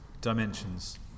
Dimensions